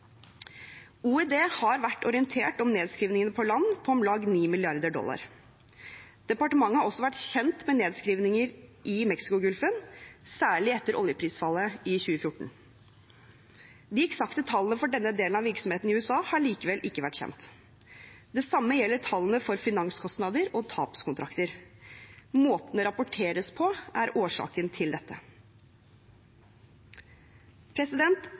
OED har vært orientert om nedskrivningene på land på om lag 9 mrd. dollar. Departementet har også vært kjent med nedskrivninger i Mexicogolfen, særlig etter oljeprisfallet i 2014. De eksakte tallene for denne delen av virksomheten i USA har likevel ikke vært kjent. Det samme gjelder tallene for finanskostnader og tapskontrakter. Måten det rapporteres på, er årsaken til dette.